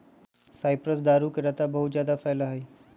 cypress दारू के लता बहुत जादा फैला हई